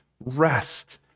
rest